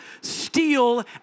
steal